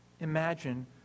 imagine